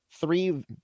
three